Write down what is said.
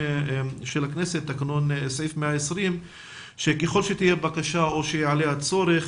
הכנסת שככל שתהיה בקשה או שיעלה הצורך,